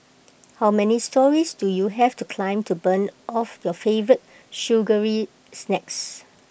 how many storeys do you have to climb to burn off your favourite sugary snacks